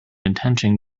attention